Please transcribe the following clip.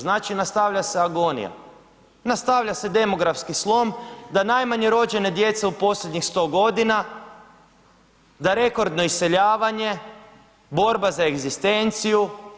Znači nastavlja se agonija, nastavlja se demografski slom da najmanje rođene djece u posljednjih 100 godina, da rekordno iseljavanje, borba za egzistenciju.